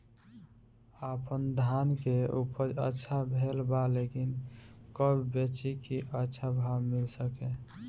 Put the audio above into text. आपनधान के उपज अच्छा भेल बा लेकिन कब बेची कि अच्छा भाव मिल सके?